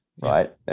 right